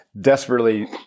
desperately